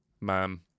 ma'am